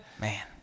Man